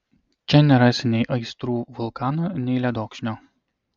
čia nerasi nei aistrų vulkano nei ledokšnio